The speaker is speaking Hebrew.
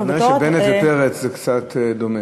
בנט ופרץ זה קצת דומה.